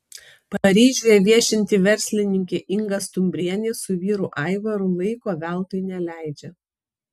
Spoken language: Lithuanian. paryžiuje viešinti verslininkė inga stumbrienė su vyru aivaru laiko veltui neleidžia